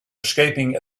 escaping